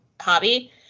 hobby